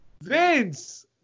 Vince